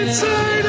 Inside